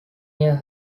year